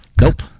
Nope